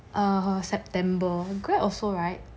err september greg also right